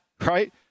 right